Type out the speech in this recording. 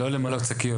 לא למלא שקיות.